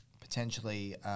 potentially